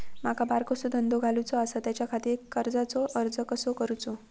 माका बारकोसो धंदो घालुचो आसा त्याच्याखाती कर्जाचो अर्ज कसो करूचो?